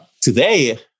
Today